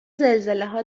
زلزلهها